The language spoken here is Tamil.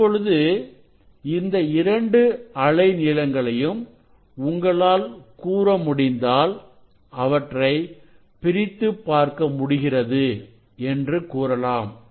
இப்பொழுது இரண்டு அலை நீளங்களையும் உங்களால் கூற முடிந்தால் அவற்றை பிரித்துப்பார்க்க முடிகிறது என்று கூறலாம்